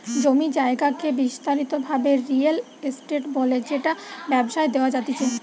জমি জায়গাকে বিস্তারিত ভাবে রিয়েল এস্টেট বলে যেটা ব্যবসায় দেওয়া জাতিচে